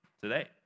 today